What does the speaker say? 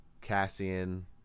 Cassian